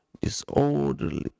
disorderly